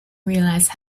realize